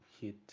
hit